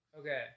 okay